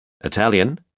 Italian